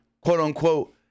quote-unquote